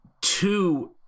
Two